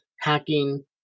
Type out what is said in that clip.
hacking